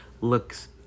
looks